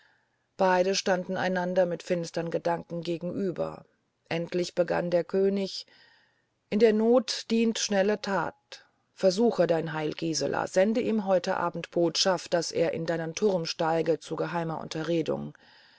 beide standen einander mit finstern gedanken gegenüber endlich begann der könig in der not dient schnelle tat versuche dein heil gisela sende ihm heute abend botschaft daß er in deinen turm steige zu geheimer unterredung